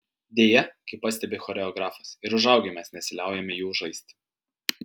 deja kaip pastebi choreografas ir užaugę mes nesiliaujame jų žaisti